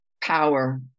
power